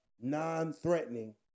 non-threatening